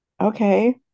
Okay